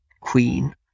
queen